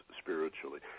spiritually